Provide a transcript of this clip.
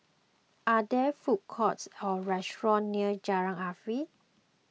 are there food courts or restaurants near Jalan Arif